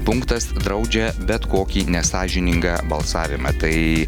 punktas draudžia bet kokį nesąžiningą balsavimą tai